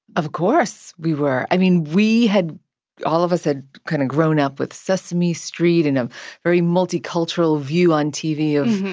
of course we were. i mean, we had all of us had kind of grown up with sesame street and a very multicultural view on tv of,